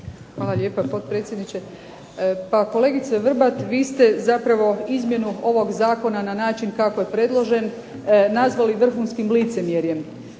Hvala lijepa potpredsjedniče. Pa kolegice Vrbat, vi ste zapravo izmjenu ovog zakona na način kako je predložen nazvali vrhunskim licemjerjem.